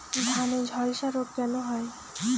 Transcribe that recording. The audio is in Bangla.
ধানে ঝলসা রোগ কেন হয়?